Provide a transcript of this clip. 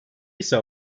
ise